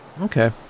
Okay